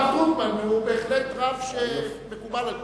הרב דרוקמן הוא בהחלט רב שמקובל על כולנו.